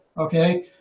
okay